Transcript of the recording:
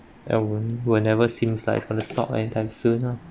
and will will never seems like it's going to stop anytime soon lah